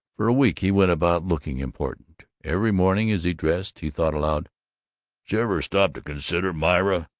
for a week he went about looking important. every morning, as he dressed, he thought aloud jever stop to consider, myra,